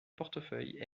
portefeuille